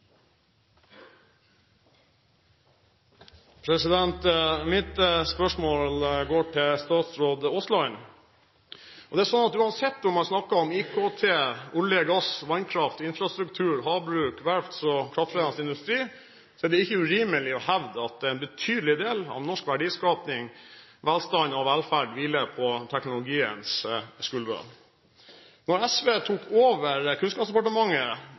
Mitt spørsmål går til statsråd Aasland. Uansett om man snakker om IKT, olje, gass, vannkraft, infrastruktur, havbruk, verft og kraftkrevende industri, er det ikke urimelig å hevde at en betydelig del av norsk verdiskaping, velstand og velferd hviler på teknologiens skuldre. Da SV tok over Kunnskapsdepartementet,